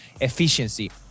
efficiency